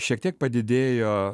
šiek tiek padidėjo